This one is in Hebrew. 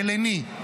הלני,